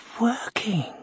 working